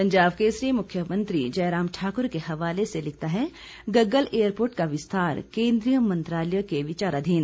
पंजाब केसरी मुख्यमंत्री जयराम ठाकुर के हवाले से लिखता है गग्गल एयरपोर्ट का विस्तार केंद्रीय मंत्रालय के विचाराधीन